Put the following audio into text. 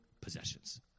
possessions